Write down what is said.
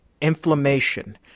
Inflammation